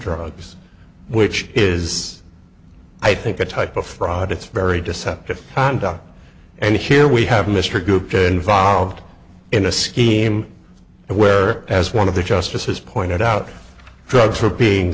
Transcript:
drugs which is i think a type of fraud it's very deceptive conduct and here we have mr gupta involved in a scheme where as one of the justices pointed out drugs were being